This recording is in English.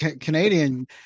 Canadian